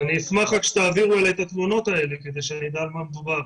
אשמח אם תעבירו אלי את התלונות האלה כדי שאני אדע על מה מדובר.